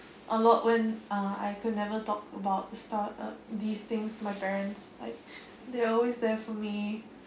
a lot when uh I could never talk about stu~ uh these things my parents like they always there for me